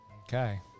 Okay